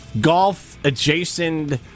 golf-adjacent